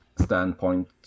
standpoint